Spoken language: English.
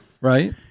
Right